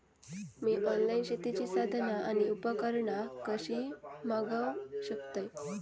मी online शेतीची साधना आणि उपकरणा कशी मागव शकतय?